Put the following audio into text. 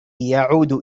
يعود